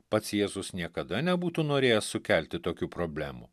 pats jėzus niekada nebūtų norėjęs sukelti tokių problemų